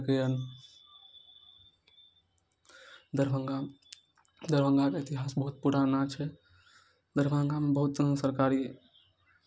अप्रिलमे मइमे हमसब कटेलहुँ ओकरा धुना कऽ फटका कऽ अपन रखलहुँ यूज कयलहुँ बाल बच्चा कऽ अपन खुएलहुँ चलू ओकर बादमे अहाँ धानमे